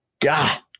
God